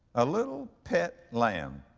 a little pet lamb.